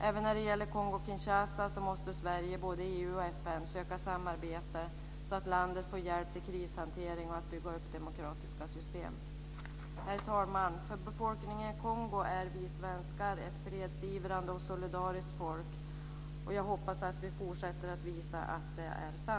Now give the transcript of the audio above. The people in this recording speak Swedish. Även när det gäller Kongo Kinshasa måste Sverige både i EU och FN söka samarbete, så att landet får hjälp med krishantering och med att bygga upp demokratiska system. Herr talman! För befolkningen i Kongo är vi svenskar ett fredsivrande och solidariskt folk. Jag hoppas att vi fortsätter att visa att det är sant.